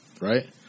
right